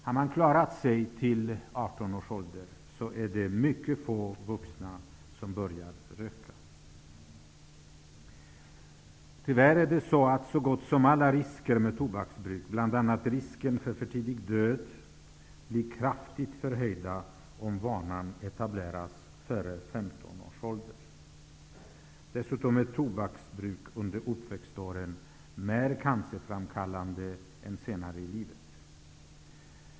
Har man klarat sig till 18 års ålder är det mycket få som börjar röka som vuxna. Tyvärr blir alla risker med tobaksbruk, bl.a. risken för för tidig död, kraftigt förhöjda om vanan etableras före 15 års ålder. Dessutom är tobaksbruk under uppväxtåren mer cancerframkallande än senare i livet.